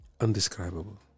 Undescribable